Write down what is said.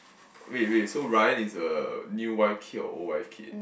wait wait so Ryan is the new wife kid or old wife kid